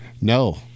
No